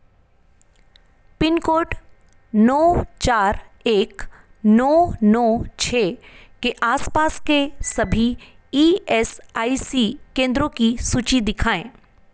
pin code नौ चार एक नौ नौ छः के आस पास के सभी ई एस आई सी केंद्रों की सूची दिखाएँ